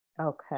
Okay